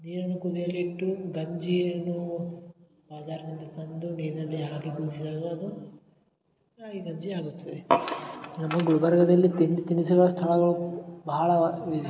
ನೀರನ್ನು ಕುದಿಯಲು ಇಟ್ಟು ಗಂಜಿಯನ್ನು ಅದರ ಮುಂದೆ ತಂದು ನೀರಿನಲ್ಲಿ ಹಾಕಿ ಕುದಿಸಿದಾಗ ಅದು ರಾಗಿ ಗಂಜಿ ಆಗುತ್ತದೆ ನಮ್ಮ ಗುಲ್ಬರ್ಗದಲ್ಲಿ ತಿಂಡಿ ತಿನಿಸುಗಳ ಸ್ಥಳಗಳು ಭಾಳ ಅವ ಇವೆ